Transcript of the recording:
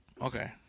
Okay